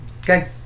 Okay